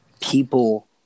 people